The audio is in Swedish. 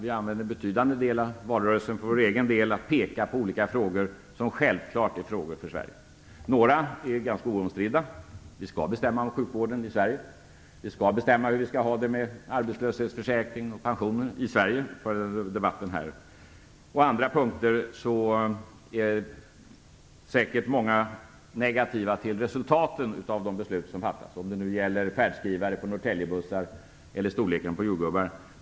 Vi använde en betydande del av valrörelsen för vår egen del att peka på olika frågor som självklart är frågor för Sverige. Några är ganska oomstridda - vi skall bestämma om sjukvården i Sverige och vi skall bestämma hur vi skall ha det med arbetslöshetsförsäkring och pensioner i Sverige i debatten här. På andra punkter är säkert många negativa till resultaten av de beslut som fattats, om det nu gäller färdskrivare på Norrtäljebussar eller storleken på jordgubbar.